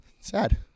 Sad